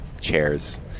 chairs